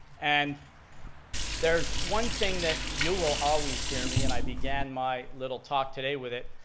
and there's one thing that you will always hear me and i began my little talk today with it.